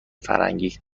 فرنگی